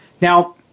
Now